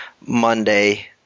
Monday